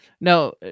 No